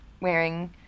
wearing